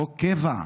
חוק קבע,